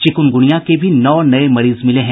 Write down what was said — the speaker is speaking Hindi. चिकुनगुनिया के भी नौ नये मरीज मिले हैं